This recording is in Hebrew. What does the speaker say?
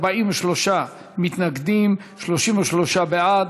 43 מתנגדים, 33 בעד.